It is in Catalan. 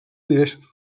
diversos